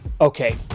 Okay